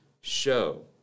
show